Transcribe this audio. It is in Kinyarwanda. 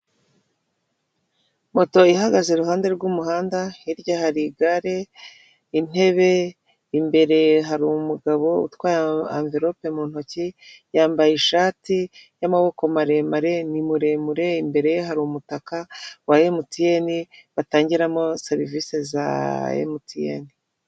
Moto ihagaze i ruhande rw'umuhanda, hirya hari igare, intebe, imbere hari umu umugabo utwaye anverope mu ntoki, yambaye ishati y'amaboko maremare, ni muremure, imbere hari umutaka wa emutiyene batangiramo serivisi za emutiyene.